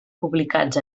publicats